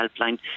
helpline